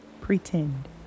pretend